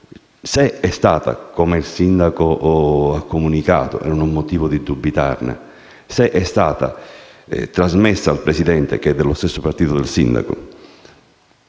relazione - come il sindaco ha comunicato e non ho motivo di dubitarne - è stata ora trasmessa al Presidente (che è dello stesso partito del sindaco),